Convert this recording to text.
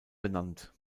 benannt